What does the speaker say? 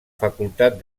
facultat